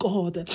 God